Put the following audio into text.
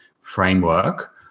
framework